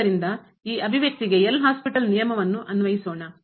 ಆದ್ದರಿಂದ ಈ ಅಭಿವ್ಯಕ್ತಿಗೆ ಎಲ್ ಹಾಸ್ಪಿಟಲ್ ನಿಯಮವನ್ನು ಅನ್ವಯಿಸೋಣ